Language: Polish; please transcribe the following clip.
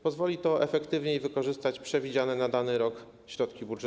Pozwoli to efektywniej wykorzystać przewidziane na dany rok środki budżetowe.